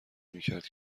میکرد